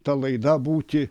ta laida būti